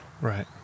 Right